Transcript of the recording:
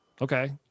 okay